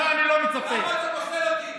למה אתה פוסל אותי?